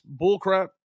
bullcrap